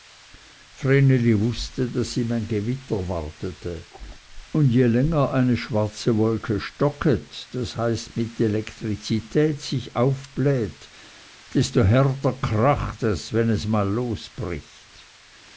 wußte daß ihm ein gewitter wartete und je länger eine schwarze wolke stocket das heißt mit elektrizität sich aufbläht desto härter kracht es wenn es mal losbricht